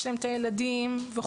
יש להם את הילדים וכו',